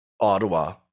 Ottawa